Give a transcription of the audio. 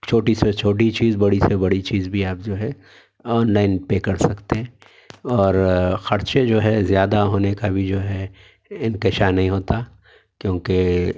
چھوٹی سے چھوٹی چیز بڑی سے بڑی چیز بھی آپ جو ہے آنلائن پے کر سکتے ہیں اور خرچے جو ہے زیادہ ہونے کا بھی جو ہے انتشار نہیں ہوتا کیونکہ